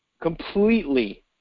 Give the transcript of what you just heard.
completely